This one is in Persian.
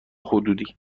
حدودی